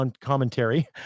commentary